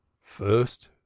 first